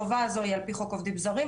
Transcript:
החובה הזו היא על פי חוק עובדים זרים.